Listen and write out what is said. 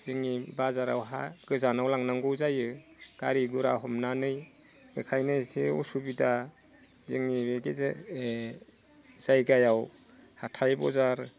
जोंनि बाजारावहा गोजानाव लांनांगौ जायो गारि गुरा हमनानै ओंखायनो एसे उसुबिदा जोंनि जायगायाव हाथाइ बाजार